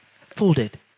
folded